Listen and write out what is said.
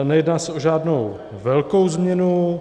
Nejedná se o žádnou velkou změnu.